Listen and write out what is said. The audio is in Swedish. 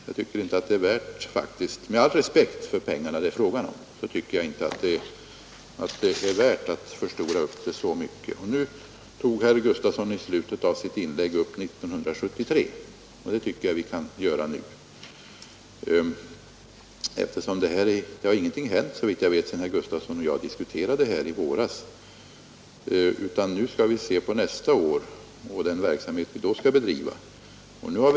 Jag tycker faktiskt inte att det är värt — med all respekt för de pengar det är fråga om — att förstora dessa spörsmål så mycket. Herr Gustafson tog i slutet av sitt senaste inlägg upp 1973 års anslag, och det tycker jag att vi kan göra nu, eftersom såvitt jag vet ingenting har hänt sedan herr Gustafson och jag diskuterade detta i våras. Nu skall vi se fram emot den verksamhet som skall bedrivas nästa år.